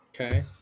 Okay